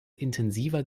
intensiver